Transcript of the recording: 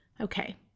Okay